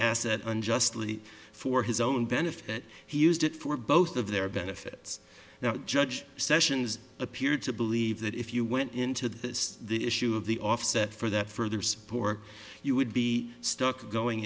asset unjustly for his own benefit he used it for both of their benefits now judge sessions appeared to believe that if you went into this the issue of the offset for that further spork you would be stuck going